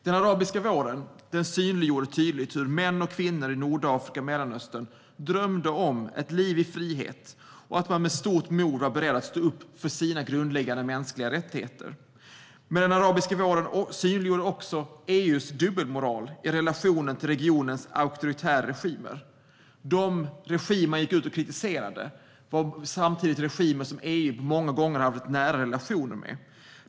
Den arabiska våren synliggjorde tydligt hur män och kvinnor i Nordafrika och Mellanöstern drömde om ett liv i frihet och att de med stort mod var beredda att stå upp för sina grundläggande mänskliga rättigheter. Den arabiska våren synliggjorde också EU:s dubbelmoral i relationen till regionens auktoritära regimer. De regimer som kritiserades var samtidigt regimer som EU många gånger hade nära relationer med.